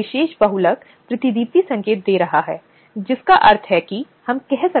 इसलिए यह बहुत महत्वपूर्ण है कि जिस व्यक्ति को यौन उत्पीड़न का